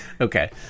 Okay